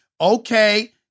okay